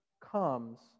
comes